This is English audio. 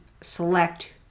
select